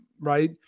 right